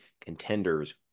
contenders